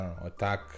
attack